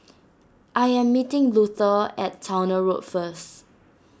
I am meeting Luther at Towner Road first